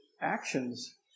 actions